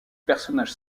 personnage